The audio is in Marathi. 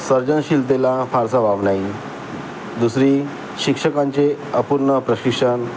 सर्जनशीलतेला फारसा वाव नाही दुसरी शिक्षकांचे अपूर्ण प्रशिक्षण